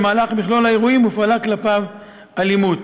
במהלך מכלול האירועים הופעלה כלפיו אלימות.